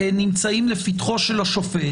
שנמצאים לפתחו של השופט.